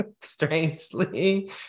strangely